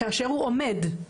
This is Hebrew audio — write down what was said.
כאשר הוא עומד,